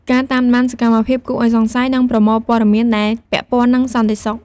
ការតាមដានសកម្មភាពគួរឱ្យសង្ស័យ និងប្រមូលព័ត៌មានដែលពាក់ព័ន្ធនឹងសន្តិសុខ។